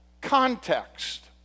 context